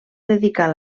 dedicar